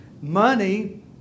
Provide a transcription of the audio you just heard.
Money